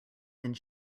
and